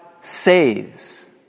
saves